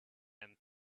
him